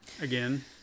again